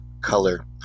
color